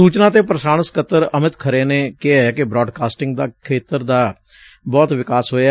ਸੁਚਨਾ ਤੇ ਪ੍ਰਸਾਰਣ ਸਕੱਤਰ ਅਮਿਤ ਖਰੇ ਨੇ ਕਿਹੈ ਕਿ ਬਰਾਡਕਾਸਟਿੰਗ ਦੇ ਖੇਤਰ ਦਾ ਬਹੁਤ ਵਿਕਾਸ ਹੋਇਐ